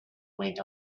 went